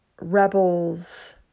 rebels